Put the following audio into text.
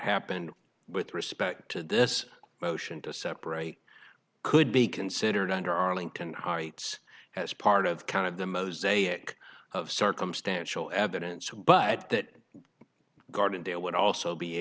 happened with respect to this motion to separate could be considered under arlington heights as part of kind of the mosaic of circumstantial evidence but that gardendale would also be